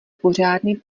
pořádný